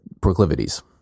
proclivities